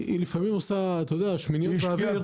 לפעמים היא עושה שמיניות באוויר.